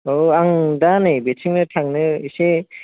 औ आं दा नै बेथिंनो थांनो एसे